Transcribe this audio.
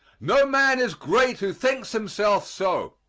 no man is great who thinks himself so,